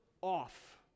off